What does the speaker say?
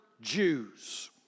Jews